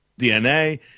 dna